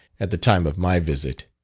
at the time of my visit.